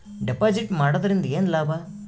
Deposit ಮಾಡುದರಿಂದ ಏನು ಲಾಭ?